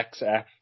XF